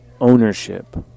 ownership